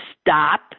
stop